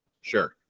Sure